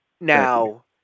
Now